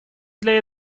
для